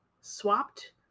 swapped